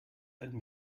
ein